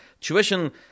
tuition